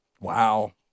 Wow